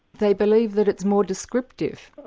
they believe that it's more descriptive.